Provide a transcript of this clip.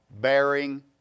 bearing